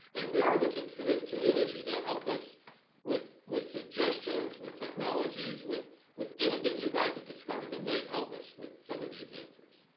and we are looking to this community to and help us with with suggestions, with technologies, with with anything you guys have discovered that may help us with some of these answers.